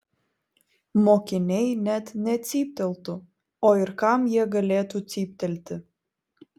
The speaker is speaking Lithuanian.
mokiniai net necypteltų o ir kam jie galėtų cyptelti